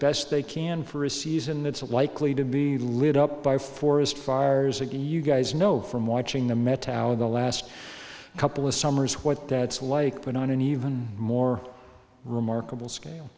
best they can for a season that's a likely to be lit up by forest fires again you guys know from watching the metal of the last couple of summers what that's like but on an even more remarkable sca